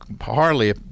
hardly